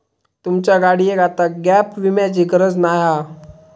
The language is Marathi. तुमच्या गाडियेक आता गॅप विम्याची गरज नाय हा